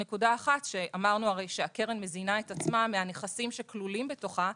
אמרנו הרי שהקרן מזינה את עצמה מהנכסים שכלולים בתוכה,